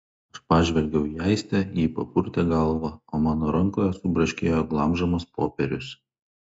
aš pažvelgiau į aistę ji papurtė galvą o mano rankoje subraškėjo glamžomas popierius